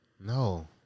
No